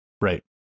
Right